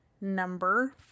number